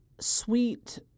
sweet